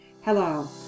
Hello